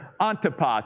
Antipas